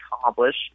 accomplish